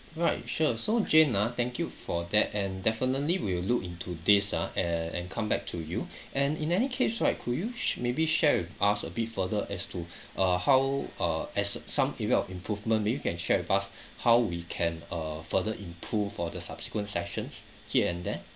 right sure so jane ah thank you for that and definitely we'll look into this ah and come back to you and in any case right could you sh~ maybe share with us a bit further as to uh how uh as some area of improvement maybe you can share with us how we can uh further improve for the subsequent sessions here and there